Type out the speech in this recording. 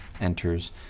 enters